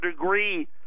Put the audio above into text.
degree